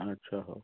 ଆଚ୍ଛା ହେଉ